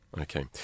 Okay